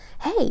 hey